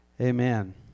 Amen